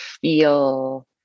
feel